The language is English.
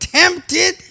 tempted